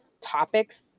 topics